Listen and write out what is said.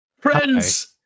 Friends